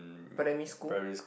primary school